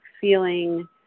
feeling